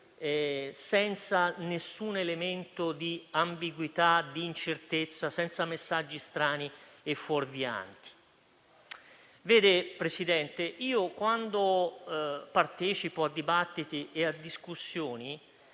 senza alcun elemento di ambiguità o di incertezza, senza messaggi strani e fuorvianti. Signor Presidente, ormai, partecipando a dibattiti e discussioni,